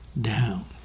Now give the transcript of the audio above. down